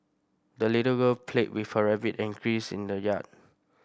the little girl played with her rabbit and geese in the yard